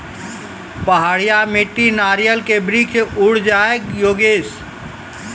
पहाड़िया मिट्टी नारियल के वृक्ष उड़ जाय योगेश?